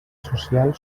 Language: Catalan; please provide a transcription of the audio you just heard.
social